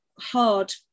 hard